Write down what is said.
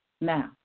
Now